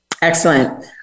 Excellent